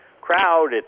crowd